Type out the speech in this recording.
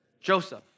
Joseph